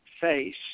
face